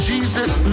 Jesus